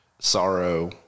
sorrow